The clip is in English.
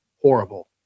horrible